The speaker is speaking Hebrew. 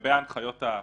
לגבי ההנחיות הפנימיות,